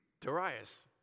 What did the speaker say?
Darius